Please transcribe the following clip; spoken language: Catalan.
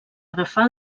agafar